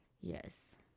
Yes